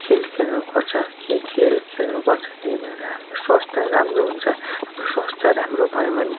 खेल खेल्नु पर्छ खेल खेल्नु पर्छ त्यही भएर हाम्रो स्वास्थ्य राम्रो हुन्छ हाम्रो स्वास्थ्य राम्रो भयो भने